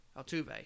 Altuve